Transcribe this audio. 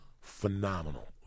phenomenal